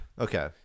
Okay